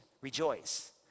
rejoice